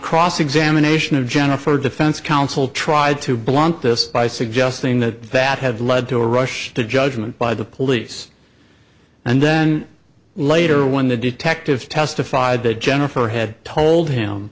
cross examination of jennifer defense counsel tried to blunt this by suggesting that that had led to a rush to judgment by the police and then later when the detective testified that jennifer had told him